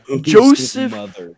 Joseph